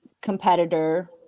competitor